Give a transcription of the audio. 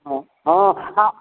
हँ हँ हँ